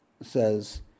says